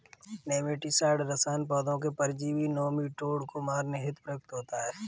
nematicide रसायन पौधों के परजीवी नोमीटोड को मारने हेतु प्रयुक्त होता है